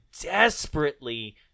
desperately –